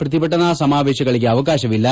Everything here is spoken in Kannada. ಪ್ರತಿಭಟನಾ ಸಮಾವೇಶಗಳಿಗೆ ಅವಕಾತವಿಲ್ಲ